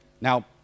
Now